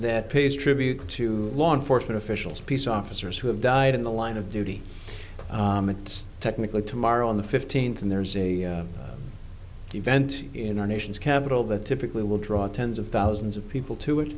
that pays tribute to law enforcement officials peace officers who have died in the line of duty it's technically tomorrow on the fifteenth and there's a event in our nation's capital that typically will draw tens of thousands of people to it